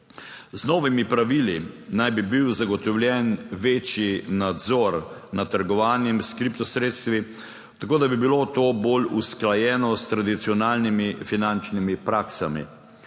Z novimi pravili naj bi bil zagotovljen večji nadzor nad trgovanjem s kriptosredstvi, tako da bi bilo to bolj usklajeno s tradicionalnimi finančnimi praksami.